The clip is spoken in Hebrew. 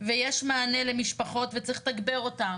ויש מענה למשפחות וצריך לתגבר אותו.